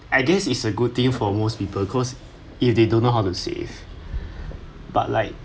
I guess it's a good thing for most people cause if they don't know how to save but like